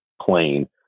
plane